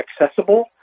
accessible